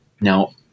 now